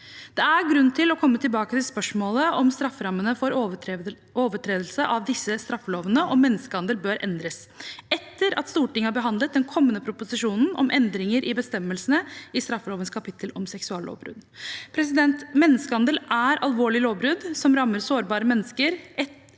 Det er grunn til å komme tilbake til spørsmålet om hvorvidt strafferammene for overtredelse av disse straffelovparagrafene om menneskehandel bør endres, etter at Stortinget har behandlet den kommende proposisjonen om endringer i bestemmelsene i straffelovens kapittel om seksuallovbrudd. Menneskehandel er alvorlig lovbrudd som rammer sårbare mennesker.